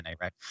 Right